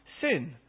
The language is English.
sin